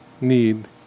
need